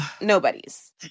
nobody's